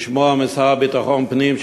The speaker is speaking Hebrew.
לשמוע מהשר לביטחון פנים,